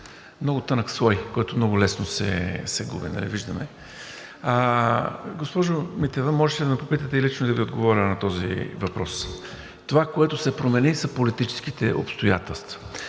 много тънък слой, който много лесно се губи, нали виждаме. Госпожо Митева, можеше да ме попитате лично и да Ви отговоря на този въпрос. Това, което се промени, са политическите обстоятелства.